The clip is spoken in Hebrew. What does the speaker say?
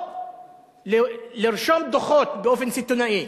או לרשום דוחות באופן סיטוני.